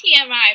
TMI